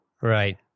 right